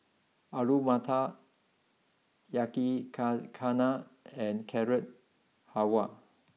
Alu Matar Yakizakana and Carrot Halwa